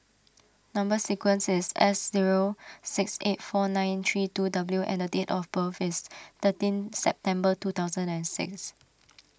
Number Sequence is S zero six eight four nine three two W and date of birth is thirteen September two thousand and six